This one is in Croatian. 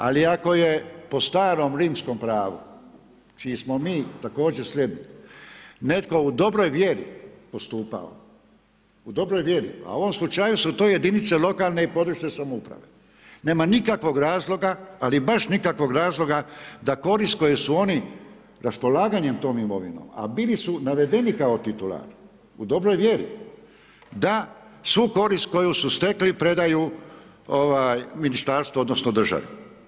Ali ako je po starom rimskom pravu, čiji smo mi također sljedbenici, netko u dobroj vjeri postupao, a u ovom slučaju su to jedinice lokalne i područne samouprave, nema nikakvog razloga ali baš nikakvog razloga da korist koju su oni raspolaganjem tom imovinom, a bili su navedeni kao titular, u dobroj vjeri, da svu korist koju su stekli predaju ministarstvu odnosno državi.